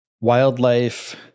wildlife